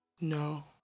No